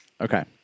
Okay